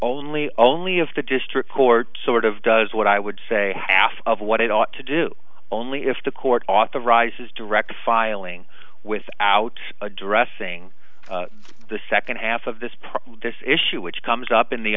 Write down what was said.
only only if the district court sort of does what i would say half of what it ought to do only if the court authorizes direct filing without addressing the second half of this problem this issue which comes up in the